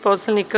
poslanika.